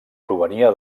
provenia